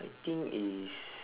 I think is